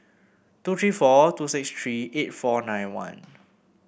two three four two six three eight four nine one